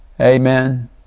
Amen